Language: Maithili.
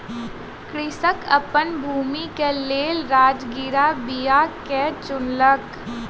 कृषक अपन भूमि के लेल राजगिरा बीया के चुनलक